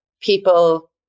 people